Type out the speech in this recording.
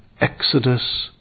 exodus